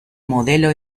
modelo